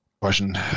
question